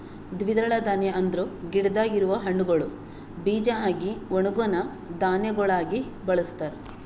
ದ್ವಿದಳ ಧಾನ್ಯ ಅಂದುರ್ ಗಿಡದಾಗ್ ಇರವು ಹಣ್ಣುಗೊಳ್ ಬೀಜ ಆಗಿ ಒಣುಗನಾ ಧಾನ್ಯಗೊಳಾಗಿ ಬಳಸ್ತಾರ್